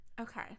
okay